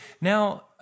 Now